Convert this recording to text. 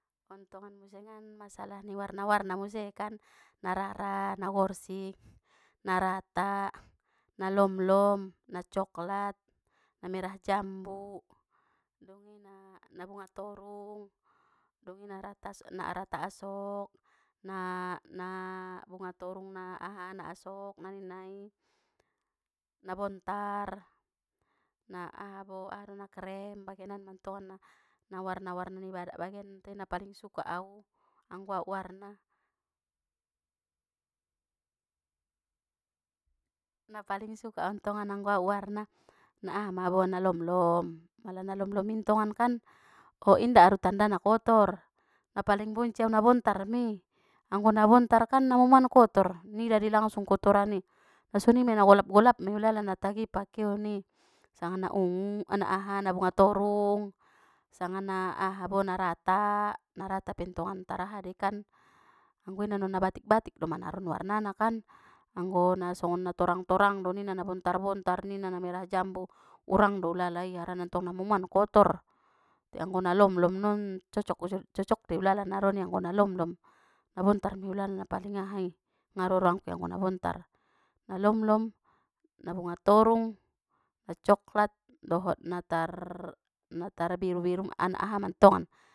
On tongan musengan masalah ni warna-warna muse kan na rara na gorsing na rata na lomlom na coklat na merah jambu dungi na-na bunga torung dungi na rata as- na rata asok, na na bunga torung na aha na asok na ninna i na bontar na aha bo aha do na krem bagenan mantongan na na warna-warna ni badak bagen te na paling suka au anggo au warna. Na paling suka au ntongan anggo au warna na aha mabo na lomlom pala na lomlomi ntongan kan o inda aru tanda na kotor na paling bonci au na bontar mei anggo na bontarkan na momoan kotor nida dei langsung kotoran i nasoni mei na golap golap mei ulala na tagi pakeoni sanga na ungu na aha na bunga torung sanga na aha bo na rata na rata pentongan tar aha dei kan anggo inda non na batik-batik doma naron warna na kan anggo na songon na torang-torang do ninna na bontar bontar ninna na merah jambu urang do ulala i harana ntong na momoan kotor te anggo na lomlom non cocok mu- cocok dei ulala naron i anggo na lomlom na bontar mei ulala na paling aha i ngaro roangku i anggo na bontar nalolom na bunga torung na coklat dohot na tar na tar biru biru an aha mantongan.